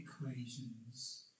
equations